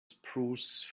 spruce